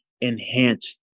enhanced